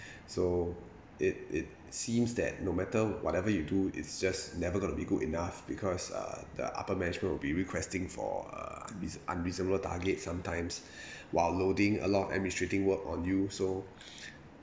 so it it seems that no matter whatever you do it's just never going to be good enough because uh the upper management would be requesting for uh this unreasonable target sometimes while loading a lot of administrating work on you so